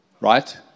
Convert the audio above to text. right